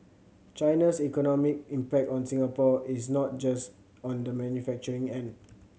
China's economic impact on Singapore is not just on the manufacturing end